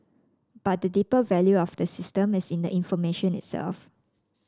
but the deeper value of the system is in the information itself